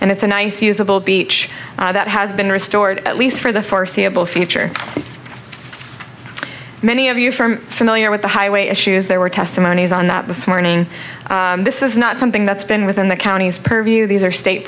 and it's a nice usable beach that has been restored at least for the foreseeable future many of you from familiar with the highway issues there were testimonies on that this morning this is not something that's been within the county's purview these are state